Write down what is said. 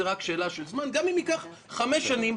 רק שאלה של זמן גם אם ייקח חמש שנים,